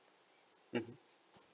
mmhmm